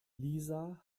lisa